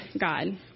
God